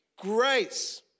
grace